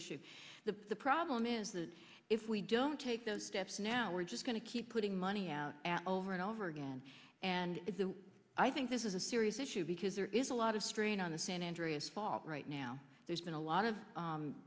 issue the the problem is that if we don't take those steps now we're just going to keep putting money out over and over again and i think this is a serious issue because there is a lot of strain on the san andreas fault right now there's been a lot of